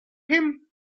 him